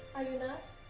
are you not?